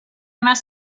must